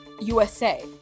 USA